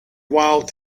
while